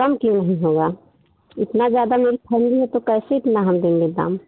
कम क्यों नहीं होगा इतना ज़्यादा मूँह खोल दिए तो कैसे इतना हम देंगे दाम